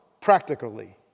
practically